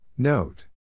Note